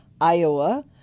Iowa